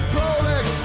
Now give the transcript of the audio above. Prolex